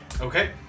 Okay